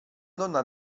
donna